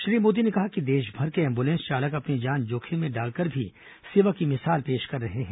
श्री मोदी ने कहा कि देशभर के एंबुलेंस चालक अपनी जान जोखिम में डालकर भी सेवा की मिसाल पेश कर रहे हैं